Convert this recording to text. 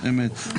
אמת.